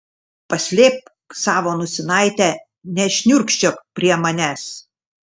paslėpk savo nosinaitę nešniurkščiok prie manęs